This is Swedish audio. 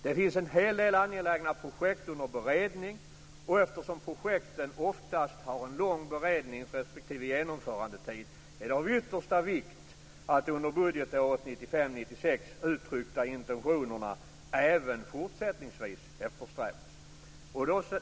Det finns en hel del angelägna projekt under beredning, och eftersom projekten oftast har en lång berednings respektive genomförandetid är det av yttersta vikt att de under budgetåret 1995/96 uttryckta intentionerna även fortsättningsvis eftersträvas.